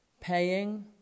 paying